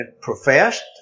professed